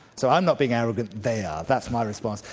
so i'm not being arrogant, they are, that's my response.